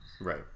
Right